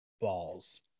balls